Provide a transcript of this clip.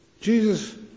Jesus